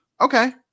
Okay